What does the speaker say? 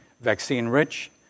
vaccine-rich